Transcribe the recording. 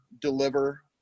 deliver